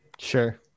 Sure